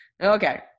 okay